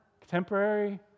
contemporary